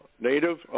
Native